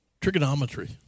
Trigonometry